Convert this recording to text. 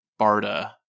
Barda